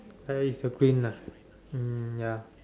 uh is a green ah um ya